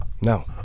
No